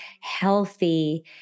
healthy